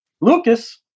Lucas